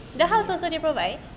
the house also dia provide